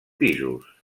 pisos